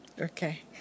okay